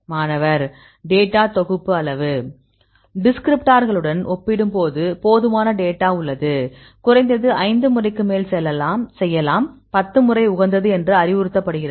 மாணவர் டேட்டா தொகுப்பு அளவு டிஸ்கிரிப்ட்டார்களுடன் ஒப்பிடும்போது போதுமான டேட்டா உள்ளது குறைந்தது 5 முறைக்கு மேல் செய்யலாம் 10 முறை உகந்தது என்று அறிவுறுத்தப்படுகிறது